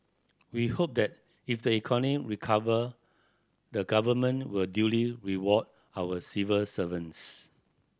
we hope that if the economy recover the Government will duly reward our civil servants